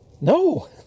No